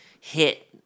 hit